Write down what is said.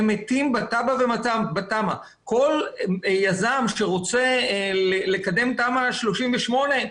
כל יזם שרוצה לקדם תמ"א 38,